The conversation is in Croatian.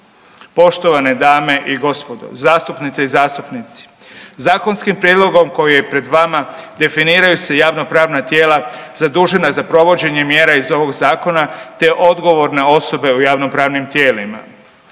Poštovane dame i gospodo, zastupnice i zastupnici, zakonskim prijedlogom koji je pred vama definiraju se javnopravna tijela zadužena za provođenje mjera iz ovog zakona, te odgovorne osobe u javnopravnim tijelima.